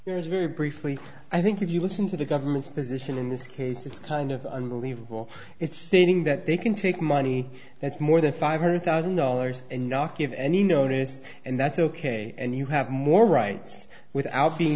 is very briefly i think if you listen to the government's position in this case it's kind of unbelievable it's saying that they can take money that's more than five hundred thousand dollars and not give any notice and that's ok and you have more rights without being